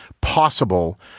possible